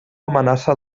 amenaça